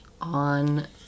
on